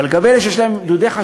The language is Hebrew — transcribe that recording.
אבל לגבי אלה שיש להם דודי,